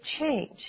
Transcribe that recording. change